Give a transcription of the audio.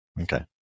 Okay